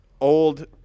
old